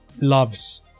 loves